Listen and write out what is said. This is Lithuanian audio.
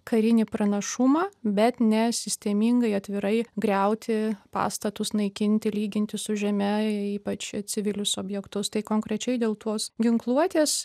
karinį pranašumą bet ne sistemingai atvirai griauti pastatus naikinti lyginti su žeme ypač civilius objektus tai konkrečiai dėl tos ginkluotės